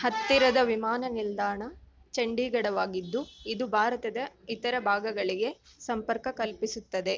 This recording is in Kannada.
ಹತ್ತಿರದ ವಿಮಾನ ನಿಲ್ದಾಣ ಚಂಡೀಗಡವಾಗಿದ್ದು ಇದು ಭಾರತದ ಇತರ ಭಾಗಗಳಿಗೆ ಸಂಪರ್ಕ ಕಲ್ಪಿಸುತ್ತದೆ